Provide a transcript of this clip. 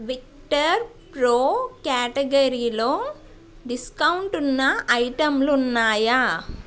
Victor Pro క్యాటగరీలో డిస్కౌంటున్న ఐటెంలు ఉన్నాయా